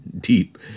deep